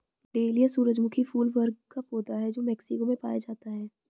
dahlia सूरजमुखी फूल वर्ग का पौधा है जो मेक्सिको में पाया जाता है